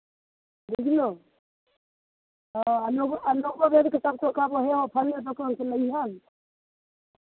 बुझलहो हँ लोको आ लोको वेदकेँ सभकेँ कहबह जे फल्लेँ दोकानसँ लइअह